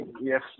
yes